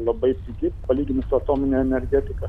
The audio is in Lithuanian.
labai pigi palygint su atomine energetika